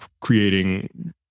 creating